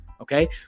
Okay